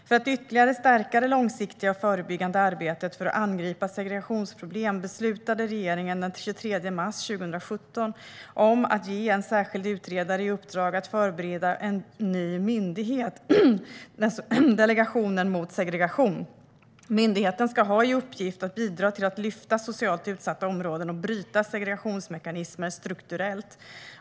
För att ytterligare stärka det långsiktiga och förebyggande arbetet för att angripa segregationsproblem beslutade regeringen den 23 mars 2017 att ge en särskild utredare i uppdrag att förbereda en ny myndighet, Delegationen mot segregation. Myndigheten ska ha i uppgift att bidra till att lyfta socialt utsatta områden och bryta segregationsmekanismer strukturellt.